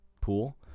pool